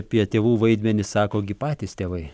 apie tėvų vaidmenį sako gi patys tėvai